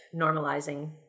normalizing